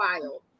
wild